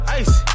ice